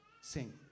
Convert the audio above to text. sing